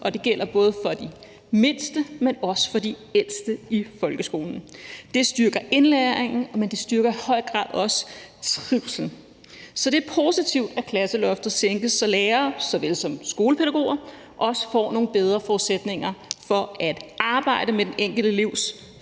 og det gælder både for de mindste, men også for de ældste i folkeskolen. Det styrker indlæringen, men det styrker i høj grad også trivslen. Så det er positivt, at klasseloftet sænkes, så lærere såvel som skolepædagoger får nogle bedre forudsætninger for at arbejde med den enkelte elevs